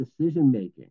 decision-making